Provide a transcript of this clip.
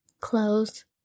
Clothes